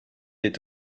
est